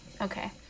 Okay